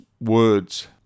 words